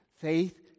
Faith